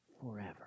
forever